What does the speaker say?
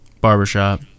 barbershop